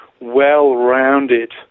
well-rounded